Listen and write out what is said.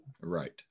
Right